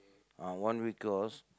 ah one week course